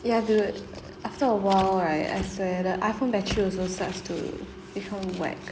ya dude after a while right I swear the iphone battery also starts to become whack